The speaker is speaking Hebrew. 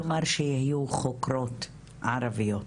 כלומר שיהיו חוקרות ערביות.